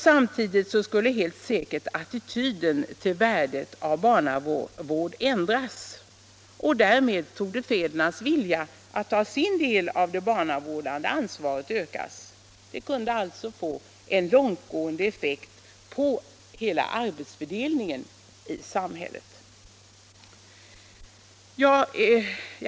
Samtidigt skulle helt säkert attityden till värdet av barnavård ändras, och därmed torde fädernas vilja att ta sin del av det barnavårdande ansvaret ökas. Det kunde alltså få en långtgående effekt på arbetsfördelningen i hemmen.